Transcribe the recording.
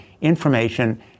information